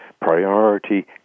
priority